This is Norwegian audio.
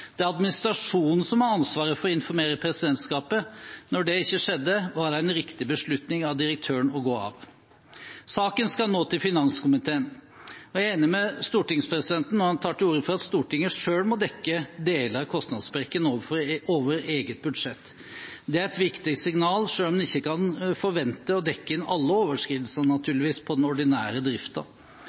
Det er administrasjonen som har ansvaret for å informere presidentskapet. Da det ikke skjedde, var det en riktig beslutning av direktøren å gå av. Saken skal nå til finanskomiteen. Jeg er enig med stortingspresidenten når han tar til orde for at Stortinget selv må dekke deler av kostnadssprekken over eget budsjett – det er et viktig signal, selv om man ikke kan forventes å dekke inn alle overskridelsene, naturligvis, på den ordinære